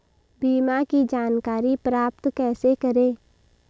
बीमा की जानकारी प्राप्त कैसे करें?